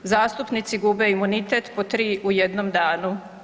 Zastupnici gube imunitet po 3 u jednom danu.